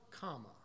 comma